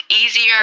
easier